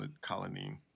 colony